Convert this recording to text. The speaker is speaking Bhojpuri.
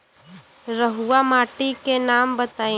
रहुआ माटी के नाम बताई?